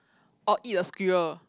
or eat a squirrel